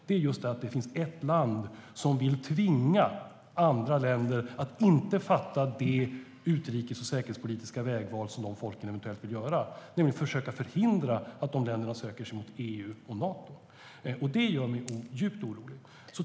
Det finns ett land som vill tvinga andra länder att inte göra det utrikes och säkerhetspolitiska vägval som de eventuellt vill göra genom att försöka förhindra att de länderna söker sig mot EU och Nato. Det gör mig djupt orolig.